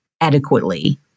adequately